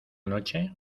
noche